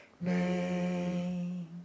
name